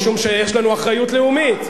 משום שיש לנו אחריות לאומית.